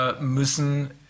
müssen